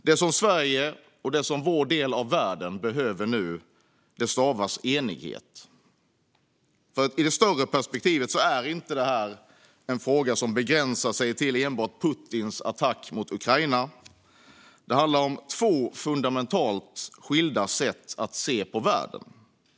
Det som vi i Sverige och vår del av världen behöver nu stavas enighet. I det större perspektivet är detta inte en fråga som begränsar sig till enbart Putins attack mot Ukraina, utan det handlar om två fundamentalt skilda sätt att se på världen.